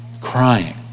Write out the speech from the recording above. crying